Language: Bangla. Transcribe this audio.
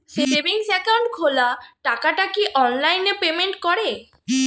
সেভিংস একাউন্ট খোলা টাকাটা কি অনলাইনে পেমেন্ট করে?